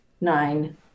Nine